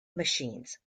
machines